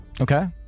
okay